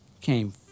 came